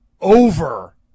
over